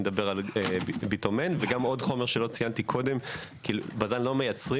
על ביטומן ועוד חומר שלא ציינתי קודם כי בז"ן לא מייצרים